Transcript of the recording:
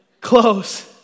Close